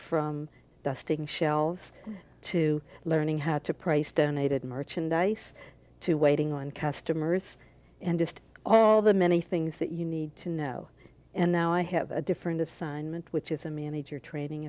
from dusting shelves to learning how to price donated merchandise to waiting on customers and just all the many things that you need to know and now i have a different assignment which is a manager training